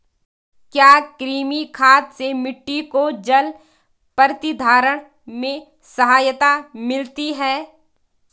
क्या कृमि खाद से मिट्टी को जल प्रतिधारण में सहायता मिलती है?